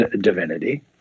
divinity